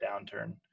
downturn